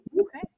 okay